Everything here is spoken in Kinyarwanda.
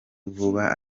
vuba